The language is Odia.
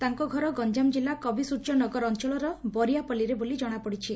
ତାଙ୍କ ଘର ଗଞ୍ଞାମ ଜିଲ୍ଲା କବିସ୍ଯ୍ୟନଗର ଅଅଳର ବରିଆପଲ୍ଲୀରେ ବୋଲି ଜଶାପଡିଛି